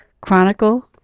Chronicle